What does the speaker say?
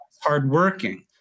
hardworking